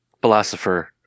philosopher